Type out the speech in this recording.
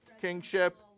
kingship